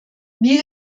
wie